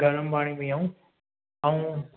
गरमु पाणी पीऊं ऐं